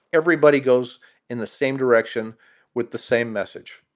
everybody goes in the same direction with the same message.